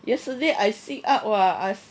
yesterday I sit up !wah! I